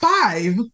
five